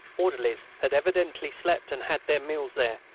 orderlies had evidently slept and had their meals there,